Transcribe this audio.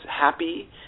happy